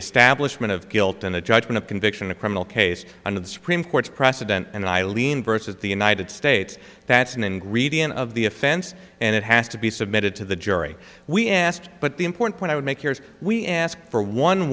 establishment of guilt in the judgment of conviction a criminal case under the supreme court's precedent and eileen versus the united states that's an ingredient of the offense and it has to be submitted to the jury we asked but the important point i would make yours we ask for a one